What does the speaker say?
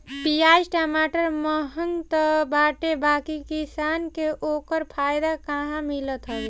पियाज टमाटर महंग तअ बाटे बाकी किसानन के ओकर फायदा कहां मिलत हवे